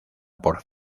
por